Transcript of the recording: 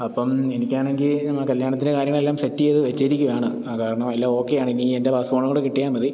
അപ്പം എനിക്കാണെങ്കിൽ കല്ല്യാണത്തിന് കാര്യങ്ങളെല്ലാം സെറ്റ് ചെയ്ത് വെച്ചിരിക്കുവാണ് ആ കാരണം എല്ലാം ഓക്കെയാണ് ഇനി എന്റെ പാസ്പോർട്ടും കൂടെ കിട്ടിയാൽ മതി